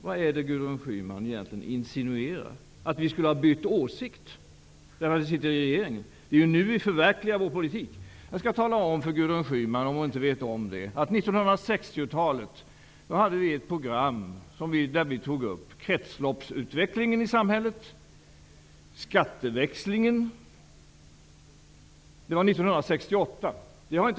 Vad är det Gudrun Schyman egentligen insinuerar, att vi skulle ha bytt åsikt bara för att vi sitter i regeringen? Det är ju nu vi förverkligar vår politik. Jag skall tala om för Gudrun Schyman, om hon inte vet om det, att under 1960-talet hade Centerpartiet ett program där vi tog upp kretsloppsutvecklingen i samhället och skatteväxlingen. Det var 1968.